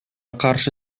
каршы